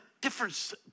difference